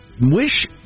wish